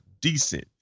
decent